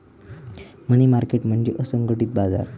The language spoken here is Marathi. मनी मार्केट म्हणजे असंघटित बाजार